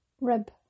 rib